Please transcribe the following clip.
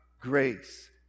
grace